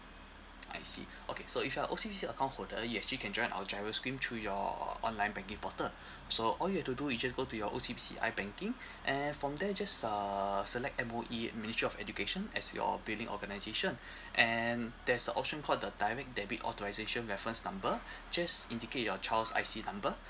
I see okay so if you are O_C_B_C account holder yes you can join our GIRO scheme through your online banking portal so all you've to do is just go to your O_C_B_C I banking and from there just uh select M_O_E ministry of education as your billing organisation and there's a option call the direct debit authorisation reference number just indicate your child's I_C number